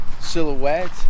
silhouette